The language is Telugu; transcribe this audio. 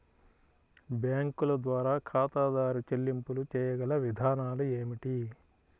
బ్యాంకుల ద్వారా ఖాతాదారు చెల్లింపులు చేయగల విధానాలు ఏమిటి?